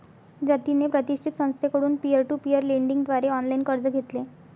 जतिनने प्रतिष्ठित संस्थेकडून पीअर टू पीअर लेंडिंग द्वारे ऑनलाइन कर्ज घेतले